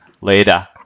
Later